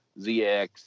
ZX